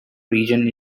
region